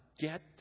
get